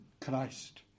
Christ